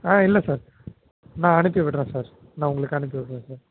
ஆ இல்லை சார் நான் அனுப்பிவிடுறேன் சார் நான் உங்களுக்கு அனுப்பிவிடுறேன் சார்